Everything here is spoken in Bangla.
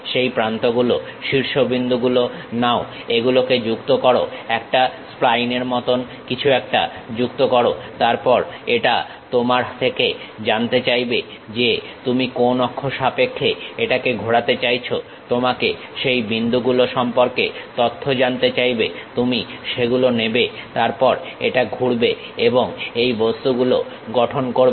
সেই প্রান্তগুলো শীর্ষবিন্দুগুলো নাও এগুলোকে যুক্ত করো একটা স্প্লাইনের মতো কিছু একটা যুক্ত করো তারপরে এটা তোমার থেকে জানতে চাইবে যে তুমি কোন অক্ষ সাপেক্ষে এটাকে ঘোরাতে চাইছো তোমাকে সেই বিন্দুগুলো সম্পর্কে তথ্য জানতে চাইবে তুমি সেগুলো নেবে তারপর এটা ঘুরবে এবং এই বস্তুগুলো গঠন করবে